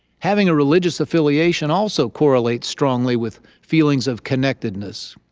having a religious affiliation also correlates strongly with feelings of connectedness.